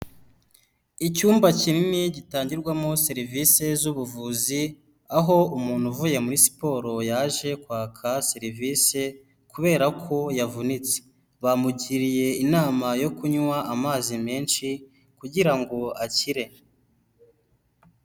Icyumba kinini gitangirwamo serivisi z'ubuvuzi, aho umuntu uvuye muri siporo yaje kwaka serivisi kubera ko yavunitse, bamugiriye inama yo kunywa amazi menshi kugira akire.